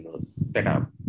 setup